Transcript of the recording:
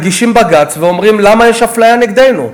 מגישים בג"ץ ואומרים: למה יש אפליה נגדנו?